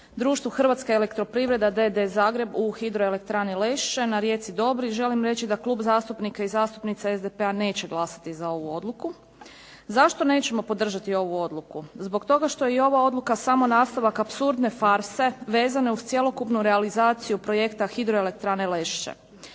Društvu Hrvatska elektroprivreda d.d. Zagreb u Hidroelektrani Lešće na rijeci Dobri želim reći da Klub zastupnika i zastupnica SDP-a neće glasati za ovu odluku. Zašto nećemo podržati ovu odluku? Zbog toga što je i ova odluka samo nastavak apsurdne farse vezane uz cjelokupnu realizaciju projekta Hidroelektrane Lešće.